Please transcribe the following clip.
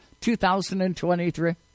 2023